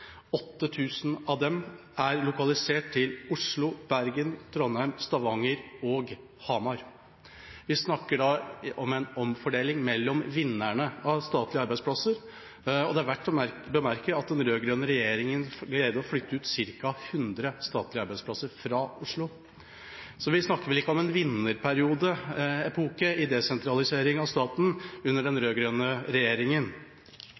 av dem er lokalisert til Oslo, Bergen, Trondheim, Stavanger og Hamar. Vi snakker om en omfordeling mellom vinnerne av statlige arbeidsplasser, og det er verdt å bemerke at den rød-grønne regjeringa greide å flytte ut ca. 100 statlige arbeidsplasser fra Oslo. Så vi snakker vel ikke om en vinnerepoke i desentralisering av staten under den